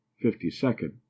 fifty-second